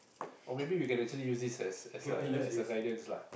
or maybe we can actually use this as as a as a guidance lah